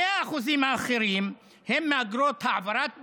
2% האחרים הם מאגרות העברת בעלות,